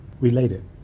related